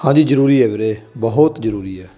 ਹਾਂਜੀ ਜ਼ਰੂਰੀ ਹੈ ਵੀਰੇ ਬਹੁਤ ਜ਼ਰੂਰੀ ਐ